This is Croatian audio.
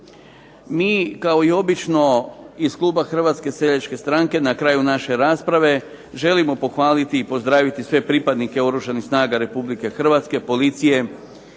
Mi kao i obično iz kluba Hrvatske seljačke stranke na kraju naše rasprave želimo pohvaliti i pozdraviti sve pripadnike Oružanih snaga Republike Hrvatske, policije,